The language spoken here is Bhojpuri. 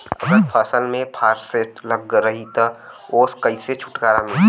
अगर फसल में फारेस्ट लगल रही त ओस कइसे छूटकारा मिली?